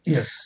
Yes